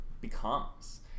becomes